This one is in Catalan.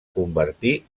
convertir